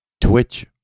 Twitch